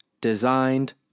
designed